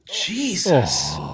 Jesus